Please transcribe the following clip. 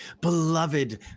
beloved